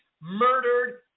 murdered